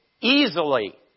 easily